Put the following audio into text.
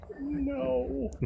No